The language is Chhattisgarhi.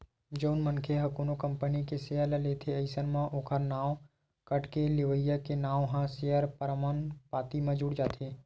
जउन मनखे ह कोनो कंपनी के सेयर ल लेथे अइसन म ओखर नांव कटके लेवइया के नांव ह सेयर परमान पाती म जुड़ जाथे